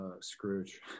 Scrooge